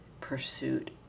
pursuit